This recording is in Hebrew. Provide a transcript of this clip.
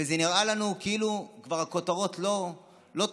וזה נראה לנו כאילו הכותרות כבר לא תופסות